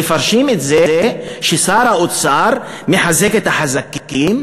מפרשים את זה ששר האוצר מחזק את החזקים,